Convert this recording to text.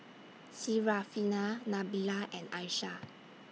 Syarafina Nabila and Aishah